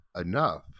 enough